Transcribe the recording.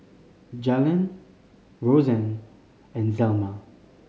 Jalen Roseann and Zelma